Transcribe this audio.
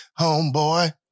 homeboy